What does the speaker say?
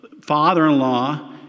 father-in-law